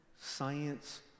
science